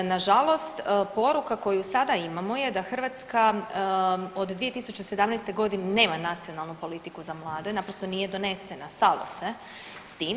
Nažalost, poruka koju sada imamo je da Hrvatska od 2017.g. nema nacionalnu politiku za mlade naprosto nije donesena, stalo se s tim.